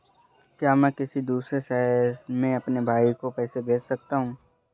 क्या मैं किसी दूसरे शहर में अपने भाई को पैसे भेज सकता हूँ?